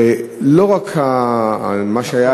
ולא רק מה שהיה,